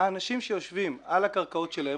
האנשים שיושבים על הקרקעות שלהם,